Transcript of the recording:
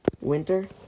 winter